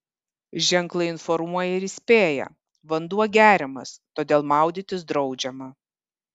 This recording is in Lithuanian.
ženklai informuoja ir įspėja vanduo geriamas todėl maudytis draudžiama